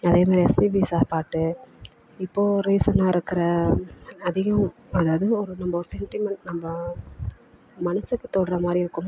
அதே மாதிரி எஸ்பிபி சார் பாட்டு இப்போது ரீசென்னா இருக்கிற அதிகம் அதாவது நம்ம ஒரு செண்டிமெண்ட் நம்ம மனசுக்கு தொடுகிற மாதிரி இருக்கும்